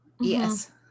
Yes